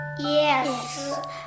Yes